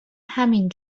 همین